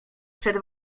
przed